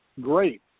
great